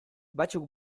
batzuk